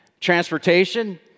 transportation